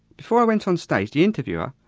before i went on stage, the interviewer,